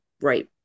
right